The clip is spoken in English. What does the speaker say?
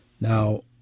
Now